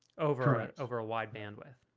over ah over a wide bandwidth